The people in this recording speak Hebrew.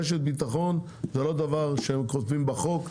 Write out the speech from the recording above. רשת ביטחון זה לא דבר שהיום כותבים בחוק,